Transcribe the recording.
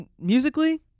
musically